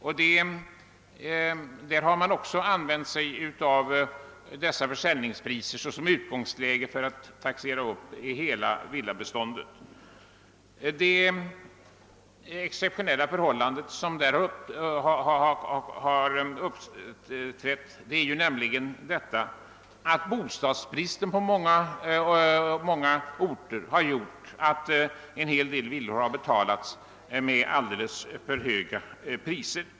Även härvidlag har man använt sig av försäljningspriserna som utgångspunkt för att taxera upp hela villabeståndet, trots att bostadsbristen på många orter har gjort att en hel del villor har betalats med alldeles för höga priser.